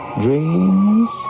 dreams